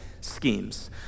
schemes